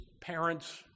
parents